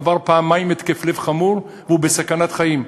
עבר פעמיים התקף לב חמור והוא בסכנת חיים,